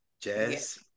Jazz